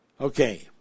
Okay